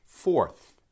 Fourth